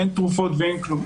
אין תרופות ואין כלום.